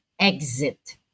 exit